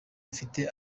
mfite